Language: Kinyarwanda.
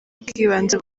bw’ibanze